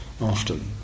often